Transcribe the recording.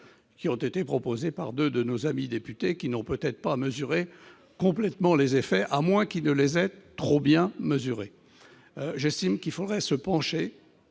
ont été proposés par deux de nos amis députés qui n'en ont peut-être pas mesuré complètement les effets, à moins qu'ils ne les aient trop bien mesurés ... J'estime qu'il faudrait se pencher